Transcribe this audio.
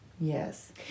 Yes